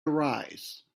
arise